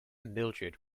mildrid